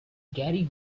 gary